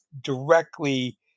directly